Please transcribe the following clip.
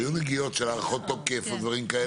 היו נגיעות של הארכות תוקף ודברים כאלה.